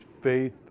faith